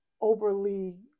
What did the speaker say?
overly